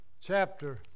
chapter